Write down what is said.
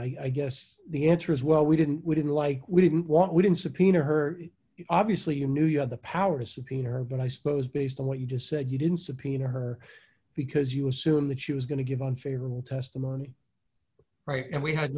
subpoena i guess the answer is well we didn't we didn't like we didn't want we didn't subpoena her obviously you knew you had the power to subpoena her but i suppose based on what you just said you didn't subpoena her because you assume that she was going to give unfavorable testimony right and we had